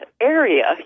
area